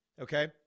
okay